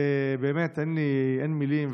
באמת אין מילים,